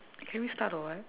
can we start or what